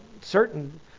certain